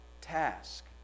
task